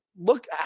look